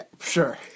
Sure